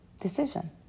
decision